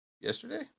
yesterday